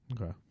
Okay